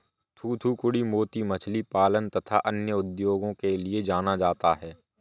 थूथूकुड़ी मोती मछली पालन तथा अन्य उद्योगों के लिए जाना जाता है